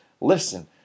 Listen